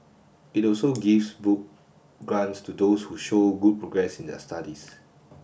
it also gives book grants to those who show good progress in their studies